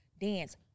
dance